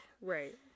Right